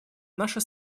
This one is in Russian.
наша